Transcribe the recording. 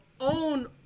own